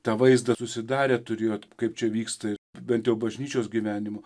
tą vaizdą susidarę turėjot kaip čia vyksta bent jau bažnyčios gyvenimo